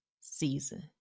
season